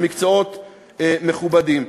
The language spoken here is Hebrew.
למקצועות מכובדים?